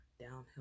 downhill